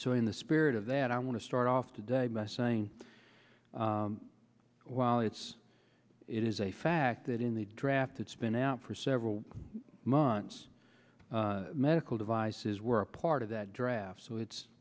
so in the spirit of that i want to start off today by saying well it's it is a fact that in the draft it's been out for several months medical devices were a part of that draft so it's